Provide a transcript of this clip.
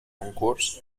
concurs